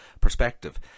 perspective